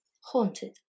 haunted